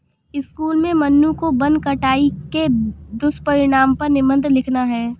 school में मन्नू को वन कटाई के दुष्परिणाम पर निबंध लिखना है